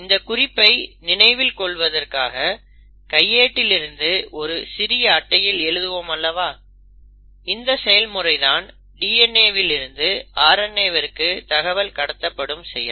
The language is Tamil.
இந்த குறிப்பை நினைவில் கொள்வதற்காக கையேட்டில் இருந்து ஒரு சிறிய அட்டையில் எழுதுவோம் அல்லவா இந்த செயல்முறை தான் DNA வில் இருந்து RNA விற்கு தகவல் கடத்தப்படும் செயல்